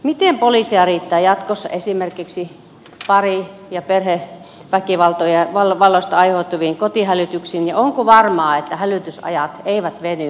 miten poliiseja riittää jatkossa esimerkiksi pari ja perheväkivallasta aiheutuviin kotihälytyksiin ja onko varmaa että hälytysajat eivät veny entisestään